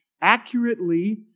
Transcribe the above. accurately